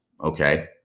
okay